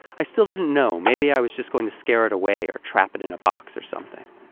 i still didn't know, maybe i was just going to scare it away, or trap it in a box or something.